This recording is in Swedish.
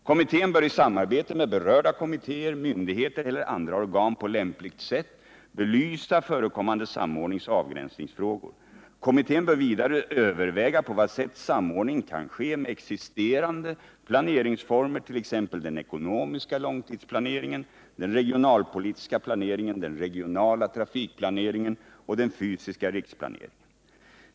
Kommittén bör i samarbete med berörda kommittéer, myndigheter eller andra organ på lämpligt sätt belysa förekommande samordningsoch avgränsningsfrågor. Kommittén bör vidare överväga på vad sätt samordning kan ske med existerande planeringsformer, t.ex. den ekonomiska långtidsplaneringen, den regionalpolitiska planeringen, den regionala trafikplaneringen och den fysiska riksplaneringen.